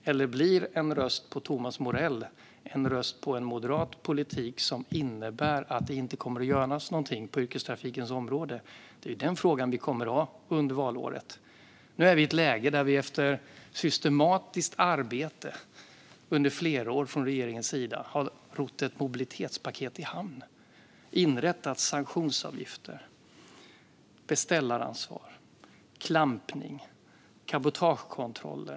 Eller blir en röst på Thomas Morell en röst på en moderat politik som innebär att det inte kommer att göras någonting på yrkestrafikens område? Det är den frågan som vi kommer att ha under valåret. Nu är vi i ett läge där vi efter systematiskt arbete under flera år från regeringens sida har rott ett mobilitetspaket i hamn. Vi har inrättat sanktionsavgifter, beställaransvar, klampning och cabotagekontroller.